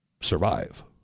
survive